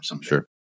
Sure